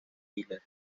hitler